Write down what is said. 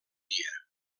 dia